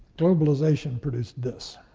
globalization produced this.